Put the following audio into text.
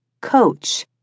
Coach